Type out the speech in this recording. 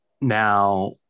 Now